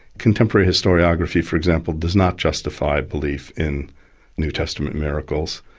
contemporary historiography for example, does not justify belief in new testament miracles.